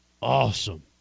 awesome